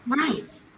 right